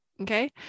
Okay